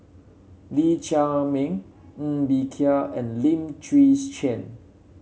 Lee Chiaw Meng Ng Bee Kia and Lim Chwee Chian